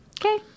Okay